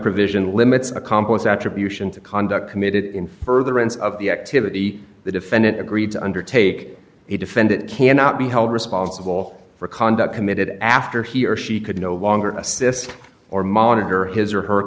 provision limits accomplished attribution to conduct committed in furtherance of the activity the defendant agreed to undertake the defendant cannot be held responsible for conduct committed after he or she could no longer assist or monitor his or her